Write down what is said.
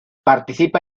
participa